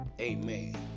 Amen